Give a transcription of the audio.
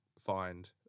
find